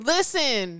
Listen